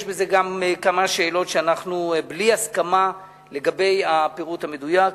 יש גם כמה שאלות שבהן אנחנו בלי הסכמה לגבי הפירוט המדויק.